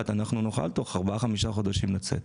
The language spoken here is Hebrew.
נוכל לצאת תוך ארבעה או חמישה חודשים לצאת.